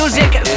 Music